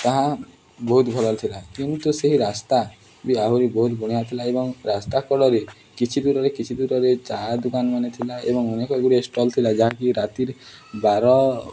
ତାହା ବହୁତ ଭଲ ଥିଲା କିନ୍ତୁ ତୁ ସେହି ରାସ୍ତା ବି ଆହୁରି ବହୁତ ବଢ଼ିଆ ଥିଲା ଏବଂ ରାସ୍ତା କଡ଼ରେ କିଛି ଦୂରରେ କିଛି ଦୂରରେ ଚାହା ଦୋକାନ ମାନ ଥିଲା ଏବଂ ଅନେକ ଗୁଡ଼ିଏ ଷ୍ଟଲ୍ ଥିଲା ଯାହାକି ରାତି ବାର